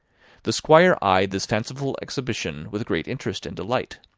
the squire eyed this fanciful exhibition with great interest and delight,